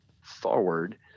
forward